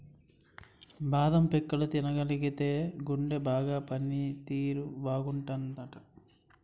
బాదం పిక్కలు తినగలిగితేయ్ గుండె బాగా పని తీరు బాగుంటాదట